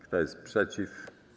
Kto jest przeciw?